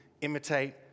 imitate